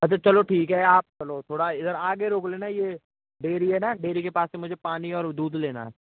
अच्छा चलो ठीक है आप चलो थोड़ा इधर आगे रोक लेना ये डेरी है ना डेरी के पास से मुझे पानी और दूध लेना है